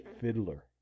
fiddler